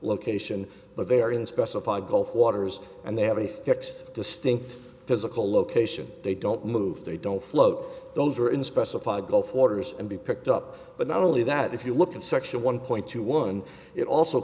location but they are in specified gulf waters and they have a fixed distinct physical location they don't move they don't float those are in specified gulf waters and be picked up but not only that if you look at section one point two one it also